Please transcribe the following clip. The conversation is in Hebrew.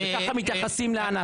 ככה מתייחסים לאנס.